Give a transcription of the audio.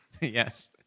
Yes